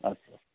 ଆଚ୍ଛା